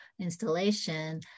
installation